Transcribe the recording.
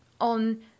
on